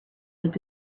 would